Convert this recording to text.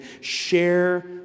share